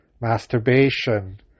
masturbation